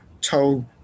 told